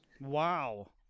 wow